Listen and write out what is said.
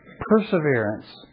Perseverance